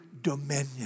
dominion